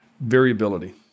Variability